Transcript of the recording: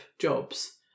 jobs